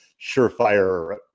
surefire